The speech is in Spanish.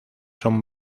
son